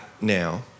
now